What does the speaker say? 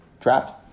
trapped